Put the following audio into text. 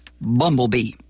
bumblebee